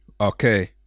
Okay